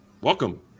Welcome